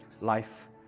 life